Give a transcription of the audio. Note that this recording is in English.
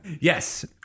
Yes